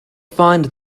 find